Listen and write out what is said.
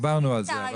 דיברנו על זה.